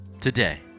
Today